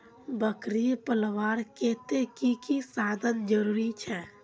बकरी पलवार केते की की साधन जरूरी छे?